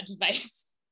device